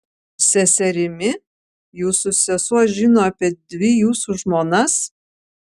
seserimi jūsų sesuo žino apie dvi jūsų žmonas